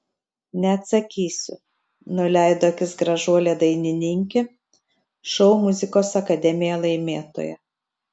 neatsakysiu nuleido akis gražuolė dainininkė šou muzikos akademija laimėtoja